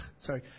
sorry